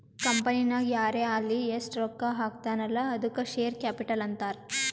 ಕಂಪನಿನಾಗ್ ಯಾರೇ ಆಲ್ಲಿ ಎಸ್ಟ್ ರೊಕ್ಕಾ ಹಾಕ್ತಾನ ಅಲ್ಲಾ ಅದ್ದುಕ ಶೇರ್ ಕ್ಯಾಪಿಟಲ್ ಅಂತಾರ್